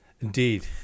Indeed